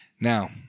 Now